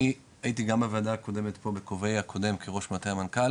אני הייתי גם בוועדה הקודמת פה בכובעי הקודם כראש מטה של המנכ"ל